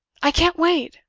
i can't wait!